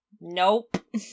Nope